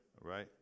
right